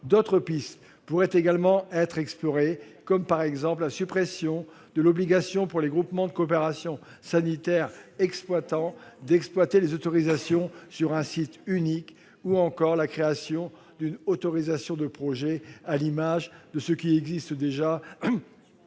D'autres pistes pourraient également être explorées, telle la suppression de l'obligation, pour les groupements de coopération sanitaire exploitants, d'exploiter les autorisations sur un site unique, ou encore la création d'une autorisation de projet, à l'image de ce qui existe déjà